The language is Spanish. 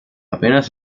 apenas